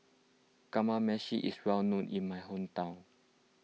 Kamameshi is well known in my hometown